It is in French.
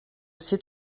c’est